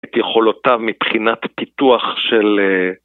את יכולותיו מבחינת הפיתוח של...